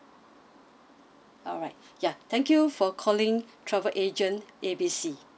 alright ya thank you for calling travel agent A B C